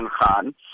Khan